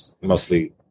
mostly